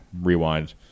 Rewind